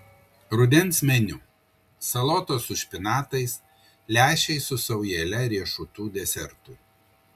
rudens meniu salotos su špinatais lęšiai su saujele riešutų desertui